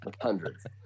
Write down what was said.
hundreds